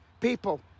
people